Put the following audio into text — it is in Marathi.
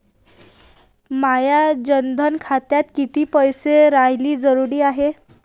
माया जनधन खात्यात कितीक पैसे रायन जरुरी हाय?